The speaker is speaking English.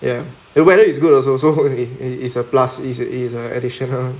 ya the weather is good also so was it's it's a plus is is a addition